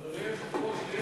אדוני היושב-ראש,